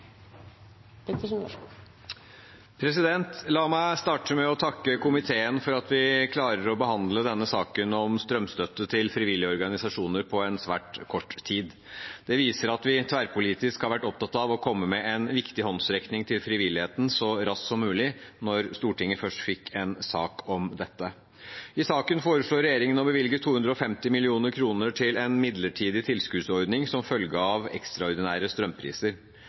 La meg starte med å takke komiteen for at vi klarer å behandle denne saken om strømstøtte til frivillige organisasjoner på svært kort tid. Det viser at vi tverrpolitisk har vært opptatt av å komme med en viktig håndsrekning til frivilligheten så raskt som mulig, når Stortinget først fikk en sak om dette. I saken foreslår regjeringen å bevilge 250 mill. kr til en midlertidig tilskuddsordning som følge av ekstraordinære strømpriser.